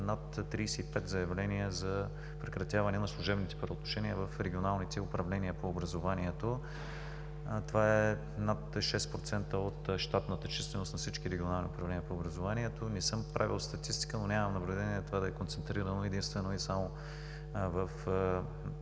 над 35 заявления за прекратяване на служебните правоотношения в регионалните управления на образованието. Това е над 6% от щатната численост на всички Регионални управления на образованието. Не съм правил статистика, но нямам наблюдение, това е концентрирано единствено и само в